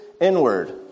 inward